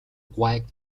гуайг